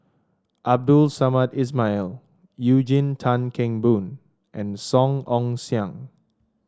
Abdul Samad Ismail Eugene Tan Kheng Boon and Song Ong Siang